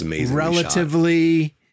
relatively